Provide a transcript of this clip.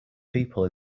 people